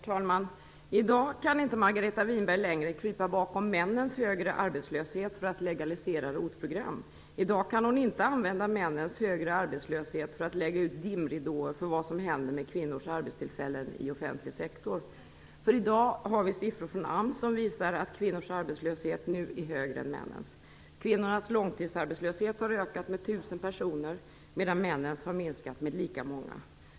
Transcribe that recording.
Herr talman! I dag kan inte Margareta Winberg längre krypa bakom männens högre arbetslöshet för att legalisera ROT-program. I dag kan hon inte använda männens högre arbetslöshet för att lägga ut dimridåer för vad som händer med kvinnors arbetstillfällen i den offentliga sektorn. I dag har vi siffror från AMS som visar att kvinnornas arbetslöshet nu är högre än männens. Kvinnornas långtidsarbetslöshet har ökat med 1 000 personer, medan männens har minskat med lika många.